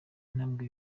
ntambwe